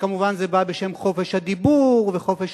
וכמובן זה בא בשם חופש הדיבור וחופש